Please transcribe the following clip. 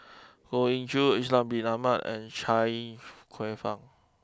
Goh Ee Choo Ishak Bin Ahmad and Chia Kwek Fah